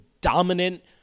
dominant